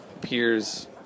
peers